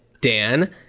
Dan